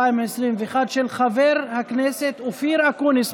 2021, של חבר הכנסת אופיר אקוניס.